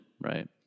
right